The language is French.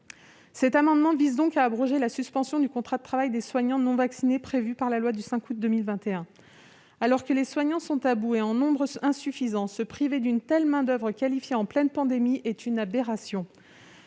Cet amendement vise donc à abroger la suspension du contrat de travail des soignants non vaccinés, prévue par la loi du 5 août 2021. Alors que les soignants sont à bout et en nombre insuffisant, se priver d'une telle main-d'oeuvre qualifiée en pleine pandémie est une aberration.